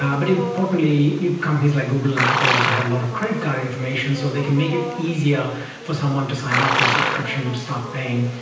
um but importantly companies like google and apple also have a loss of credit card information so they can make it easier for someone to sign up for a subscription to start paying.